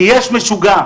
כי יש משוגע.